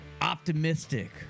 optimistic